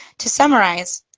to summarize,